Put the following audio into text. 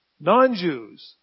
non-Jews